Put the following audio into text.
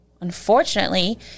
Unfortunately